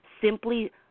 simply